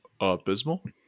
abysmal